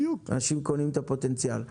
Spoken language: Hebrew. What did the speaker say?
אנשים קונים את הפוטנציאל.